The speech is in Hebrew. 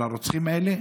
על הרוצחים האלה,